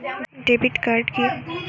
Debit card কি?